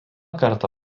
kartą